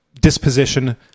disposition